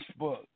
Facebook